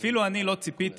אפילו אני לא צפיתי